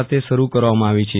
ખાતે શરૂ કરવામાં આવી છે